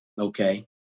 Okay